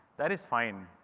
that is fine!